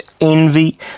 envy